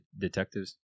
detectives